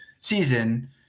season